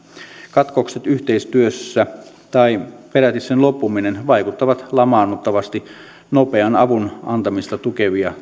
katkokset yhteistyössä tai peräti sen loppuminen vaikuttavat lamaannuttavasti nopean avun antamista tukeviin toimintoihin